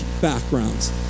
backgrounds